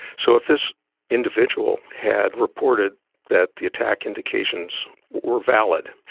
so if this individual had reported that the attack indications were valid,